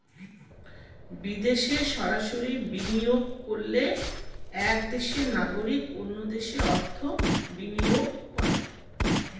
বিদেশে সরাসরি বিনিয়োগ করলে এক দেশের নাগরিক অন্য দেশে অর্থ বিনিয়োগ করে